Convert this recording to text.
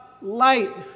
light